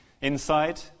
Inside